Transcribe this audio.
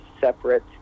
separate